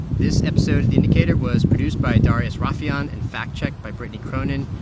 this episode of the indicator was produced by darius rafieyan and fact-checked by brittany cronin.